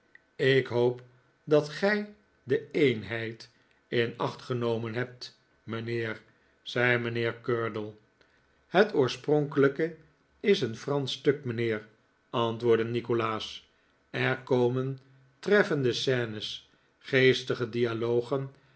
ik hoop dat gij de eenheid in acht genomen hebt mijnheer zei mijnheer curdle het oorspronkelijke is een fransch stuk mijnheer antwoordde nikolaas er komen treffende scene's geestige dialogen